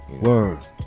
Word